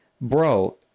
bro